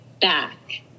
back